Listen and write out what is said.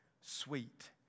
sweet